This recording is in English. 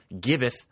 giveth